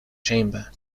chamber